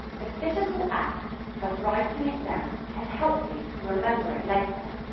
the physical act of writing it down can help you to remember it later.